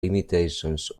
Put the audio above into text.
limitations